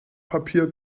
papier